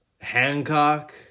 Hancock